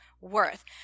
worth